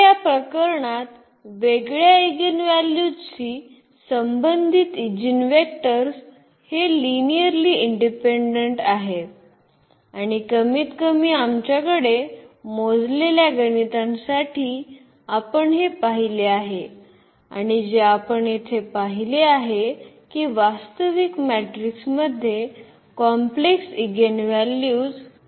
तर या प्रकरणात वेगळ्या इगेनव्हॅल्यूजशी संबंधित ईजीनवेक्टर्स हे लिनिअर्ली इंडिपेंडंट आहेत आणि कमीतकमी आमच्याकडे मोजलेल्या गणितांसाठी आपण हे पाहिले आहे आणि जे आपण येथे पाहिले आहे की वास्तविक मॅट्रिक्समध्ये कॉम्प्लेक्स इगेनव्हॅल्यूज असू शकतात